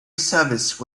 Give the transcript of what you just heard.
service